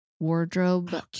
wardrobe